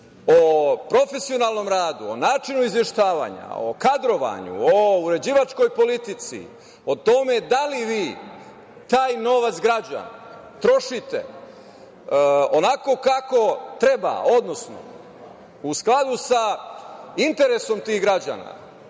o profesionalnom radu, o načinu izveštavanja, o kadrovanju, o uređivačkoj politici, o tome da li vi taj novac građana trošite onako kako treba, odnosno u skladu sa interesom tih građana